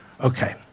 Okay